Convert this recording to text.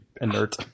Inert